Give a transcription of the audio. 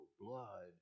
blood